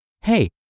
Hey